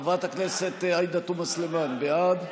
חברת הכנסת עאידה תומא סלימאן, בעד.